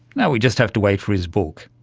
now we just have to wait for his book.